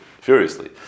furiously